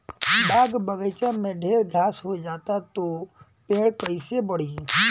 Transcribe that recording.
बाग बगइचा में ढेर घास हो जाता तो पेड़ कईसे बढ़ी